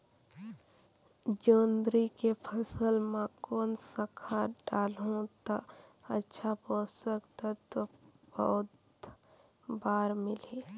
जोंदरी के फसल मां कोन सा खाद डालहु ता अच्छा पोषक तत्व पौध बार मिलही?